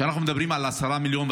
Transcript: כשאנחנו מדברים על 10 מיליון,